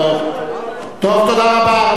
תודה רבה.